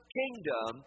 kingdom